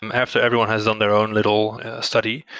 after everyone has done their own little study,